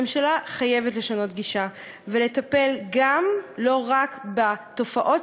הממשלה חייבת לשנות גישה ולטפל לא רק בתופעות